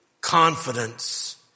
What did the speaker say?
confidence